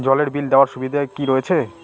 জলের বিল দেওয়ার সুবিধা কি রয়েছে?